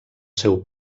seu